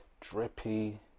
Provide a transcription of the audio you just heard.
drippy